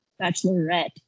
Bachelorette